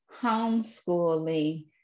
homeschooling